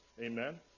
Amen